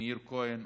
מאיר כהן,